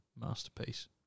Masterpiece